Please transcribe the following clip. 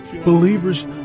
Believers